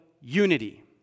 unity